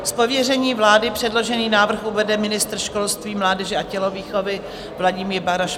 Z pověření vlády předložený návrh uvede ministr školství, mládeže a tělovýchovy Vladimír Balaš.